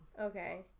Okay